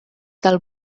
del